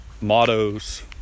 mottos